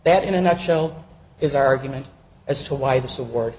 that in a nutshell his argument as to why this award